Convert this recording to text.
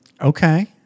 Okay